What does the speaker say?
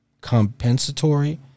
compensatory